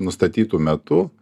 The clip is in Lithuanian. nustatytu metu